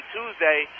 Tuesday